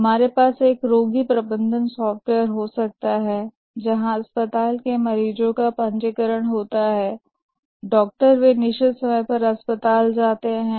हमारे पास एक रोगी प्रबंधन सॉफ्टवेयर हो सकता है जहां अस्पताल के मरीजों का पंजीकरण होता है डॉक्टर निश्चित समय पर अस्पताल जाते हैं